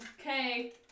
Okay